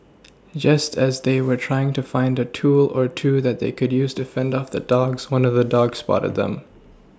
just as they were trying to find a tool or two that they could use to fend off the dogs one of the dogs spotted them